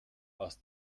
aus